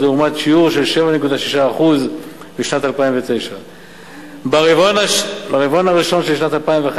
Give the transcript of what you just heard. לעומת שיעור של 7.6% בשנת 2009. ברבעון הראשון של שנת 2011